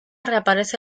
reaparece